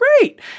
great